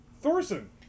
Thorson